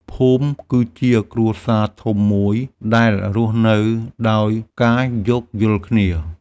ភូមិគឺជាគ្រួសារធំមួយដែលរស់នៅដោយការយោគយល់គ្នា។